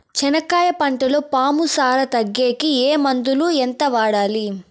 చెనక్కాయ పంటలో పాము సార తగ్గేకి ఏ మందులు? ఎంత వాడాలి?